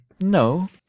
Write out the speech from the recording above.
No